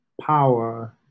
power